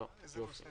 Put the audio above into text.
הישיבה